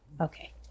Okay